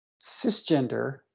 cisgender